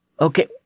okay